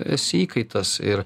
esi įkaitas ir